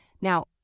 Now